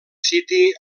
city